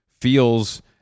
feels